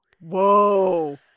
Whoa